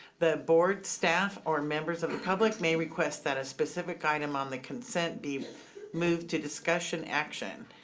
the board, staff, or members of the public may request that a specific item on the consent be moved to discussion action.